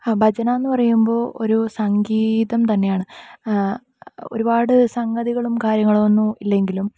ഭജന എന്നു പറയുമ്പോൾ ഒരു സംഗീതം തന്നെയാണ് ഒരുപാട് സംഗതികളും കാര്യങ്ങളു ഒന്നും ഇല്ലെങ്കിലും